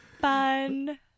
Fun